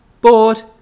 Bored